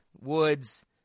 Woods